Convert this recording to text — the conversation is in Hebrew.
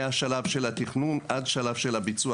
מהשלב של התכנון עד שלב הביצוע,